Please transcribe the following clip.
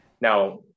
Now